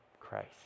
Christ